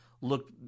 Look